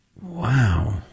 Wow